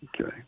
Okay